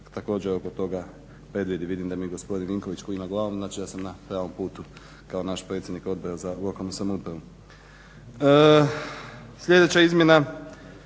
također oko toga predvidi. Vidim da mi gospodin Vinković klima glavom, znači da sam na pravom putu kao naš predsjednik Odbora za lokalnu samoupravu. Sljedeća izmjena